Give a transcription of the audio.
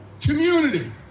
community